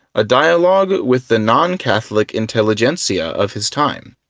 a dialog with the non-catholic intelligentsia of his time,